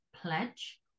pledge